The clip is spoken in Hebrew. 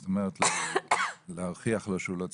זאת אומרת, להוכיח לו שהוא לא צודק,